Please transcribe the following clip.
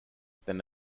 than